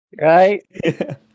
right